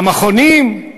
המכונים.